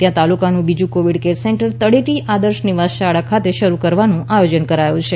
ત્યાં તાલુકામાં બીજુ કોવિડ કેર સેન્ટર તળેટી આદર્શ નિવાસી શાળા ખાતે શરૂ કરવાનું આયોજન કરાયું છે